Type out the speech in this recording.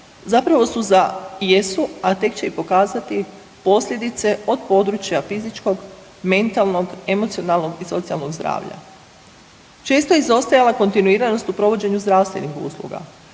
zapravo su za, jesu, a tek će i pokazati posljedice od područja fizičkog, mentalnog, emocionalnog i socijalnog zdravlja. Često je izostajala kontinuiranost u provođenju zdravstvenih usluga,